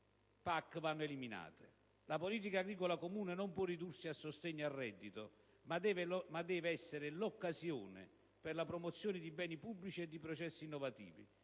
PAC vanno eliminate: la politica agricola comune non può ridursi a sostegno al reddito, ma deve essere l'occasione per la promozione di beni pubblici e di processi innovativi,